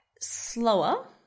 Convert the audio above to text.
slower